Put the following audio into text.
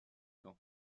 caen